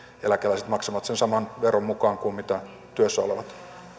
eläkeläiset maksavat sen saman veron mukaan kuin työssä olevat